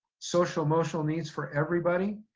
social, emotional needs for everybody.